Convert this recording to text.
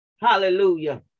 hallelujah